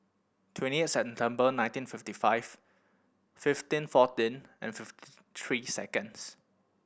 twenty eight September nineteen fifty five fifteen fourteen and fifty three seconds